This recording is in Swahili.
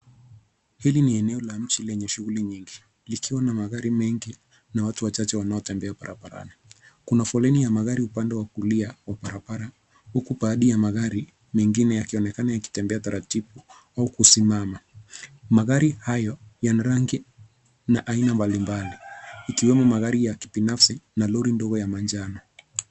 Hili ni eneo la nchi lenye shughuli nyingi likiwa na magari mengi na watu wachache wanao tembea barabarani. Kuna foleni ya magari upande wa kulia wa barabara huku baadhi ya magari mengine yakionekana yakitembea taratibu au kusimama. Magari hayo yana rangi na aina mbali mbali ikiwemo magari ya kibinafsi na lori ndogo ya majano